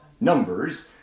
numbers